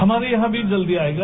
हमारे यहां भी जल्दी आएगा